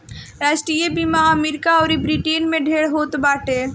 राष्ट्रीय बीमा अमरीका अउर ब्रिटेन में ढेर होत बाटे